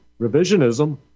revisionism